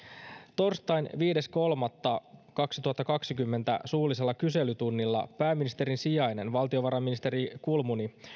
torstain viides kolmatta kaksituhattakaksikymmentä suullisella kyselytunnilla pääministerin sijainen valtionvarainministeri katri kulmuni